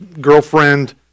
girlfriend